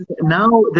Now